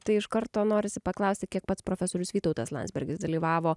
tai iš karto norisi paklausti kiek pats profesorius vytautas landsbergis dalyvavo